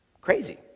crazy